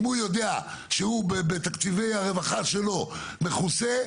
אם הוא יודע שהוא בתקציבי הרווחה שלו מכוסה,